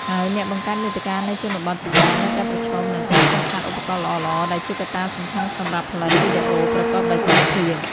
ហើយអ្នកបង្កើតមាតិកានៅជនបទជាច្រើននៅតែប្រឈមនឹង ការខ្វះខាតឧបករណ៍ល្អៗ ដែលជាកត្តាសំខាន់សម្រាប់ផលិតវីដេអូប្រកបដោយគុណភាព។